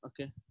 Okay